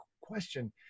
question